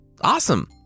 Awesome